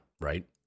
right